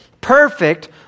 perfect